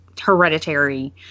hereditary